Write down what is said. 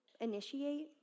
initiate